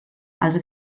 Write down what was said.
als